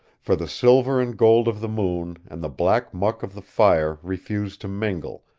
for the silver and gold of the moon and the black muck of the fire refused to mingle,